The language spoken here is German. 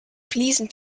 fliesen